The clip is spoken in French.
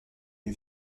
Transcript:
une